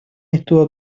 estuvo